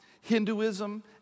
Hinduism